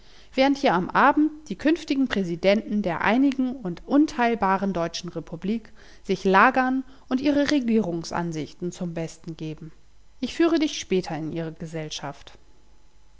während hier am abend die künftigen präsidenten der einigen und unteilbaren deutschen republik sich lagern und ihre regierungsansichten zum besten geben ich führe dich später in ihre gesellschaft